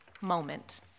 moment